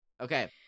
Okay